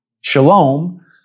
Shalom